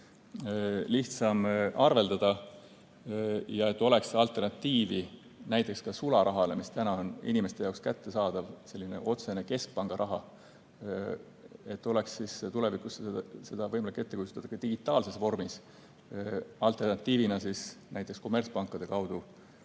lihtsamalt arveldada ja et oleks alternatiivi näiteks ka sularahale, mis täna on inimeste jaoks kättesaadav, selline otsene keskpanga raha. Et oleks tulevikus võimalik seda ette kujutada ka digitaalses vormis, alternatiivina näiteks kommertspankade kaudu